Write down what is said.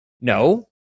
No